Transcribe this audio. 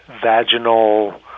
vaginal